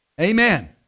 Amen